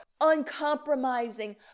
uncompromising